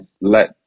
let